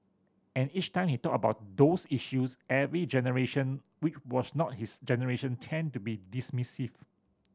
and each time he talked about those issues every generation which was not his generation tended to be dismissive